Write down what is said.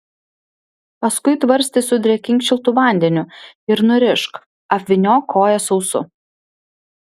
paskui tvarstį sudrėkink šiltu vandeniu ir nurišk apvyniok koją sausu